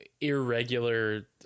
irregular